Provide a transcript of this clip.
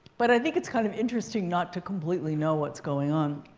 but i think it's kind of interesting not to completely know what's going on.